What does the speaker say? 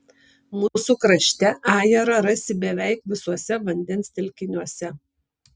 mūsų krašte ajerą rasi beveik visuose vandens telkiniuose